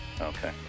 okay